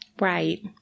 Right